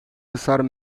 hasar